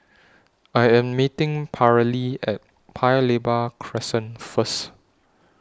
I Am meeting Paralee At Paya Lebar Crescent First